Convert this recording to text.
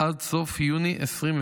עד סוף יוני 2024,